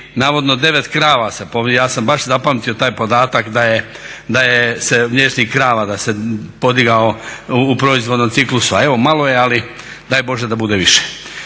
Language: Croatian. Navodno 9 krava, ja sam baš zapamtio taj podatak da se mliječnih krava da se podigao u proizvodnom ciklusu. Evo malo je ali daj Bože da bude više.